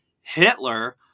Hitler